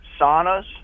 saunas